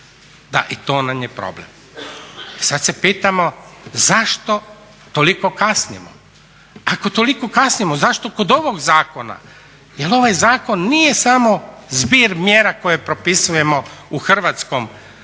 da i to nam je problem. Sad se pitamo zašto toliko kasnimo? Ako toliko kasnimo zašto kod ovog zakona, jel ovaj zakon nije samo zbir mjera koje propisujemo u hrvatskom sustavu